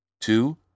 Two